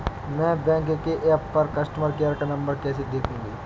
मैं बैंक के ऐप पर कस्टमर केयर का नंबर कैसे देखूंगी?